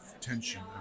tension